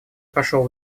прошел